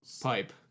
pipe